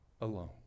alone